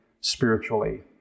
spiritually